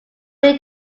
need